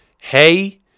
hey